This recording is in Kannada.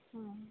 ಹಾಂ